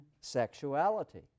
sexuality